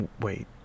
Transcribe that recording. wait